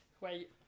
Wait